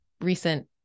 recent